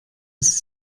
ist